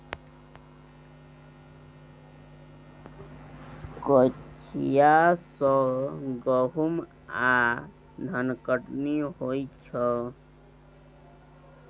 कचिया सँ गहुम आ धनकटनी होइ छै